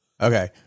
Okay